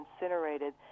incinerated